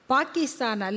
Pakistan